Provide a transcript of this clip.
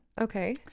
Okay